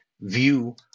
view